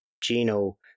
Gino